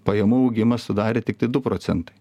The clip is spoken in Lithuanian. pajamų augimas sudarė tiktai du procentai